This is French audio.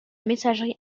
messagerie